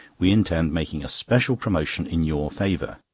we intend making a special promotion in your favour.